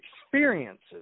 experiences